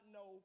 no